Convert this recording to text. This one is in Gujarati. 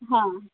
હા